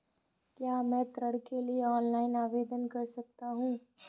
क्या मैं ऋण के लिए ऑनलाइन आवेदन कर सकता हूँ?